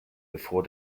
bevor